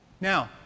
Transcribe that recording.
Now